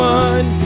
one